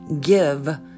give